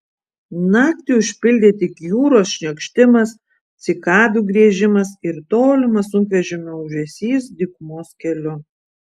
naktį užpildė tik jūros šniokštimas cikadų griežimas ir tolimas sunkvežimio ūžesys dykumos keliu